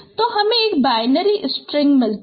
तो हमें एक बाइनरी स्ट्रिंग मिलता है